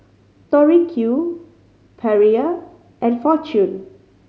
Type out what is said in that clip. Tori Q Perrier and Fortune